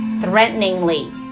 threateningly